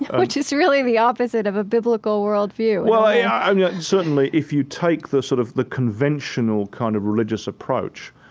which is really the opposite of a biblical worldview yeah um yeah certainly, if you take the sort of the conventional kind of religious approach,